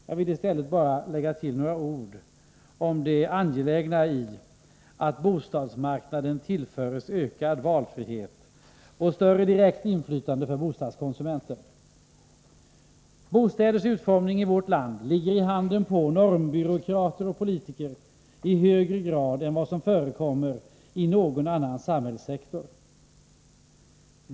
Jag vill i stället understryka det angelägna i att bostadsmarknaden tillförs ökad valfrihet och större direktinflytande för bostadskonsumenten. Bostäders utformning i vårt land ligger i handen på normbyråkrater och politiker i högre grad än vad som förekommer i någon annan samhällssektor.